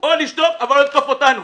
או לשתוק אבל לא לתקוף אותנו.